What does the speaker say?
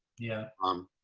yeah. um,